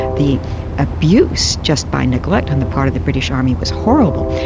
the abuse just by neglect on the part of the british army was horrible.